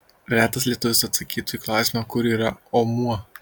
retas lietuvis atsakytų į klausimą kur yra omuo